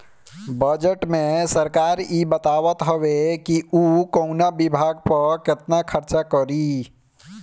budget में सरकार इ बतावत हवे कि उ कवना विभाग पअ केतना खर्चा करी